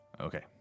Okay